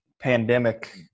pandemic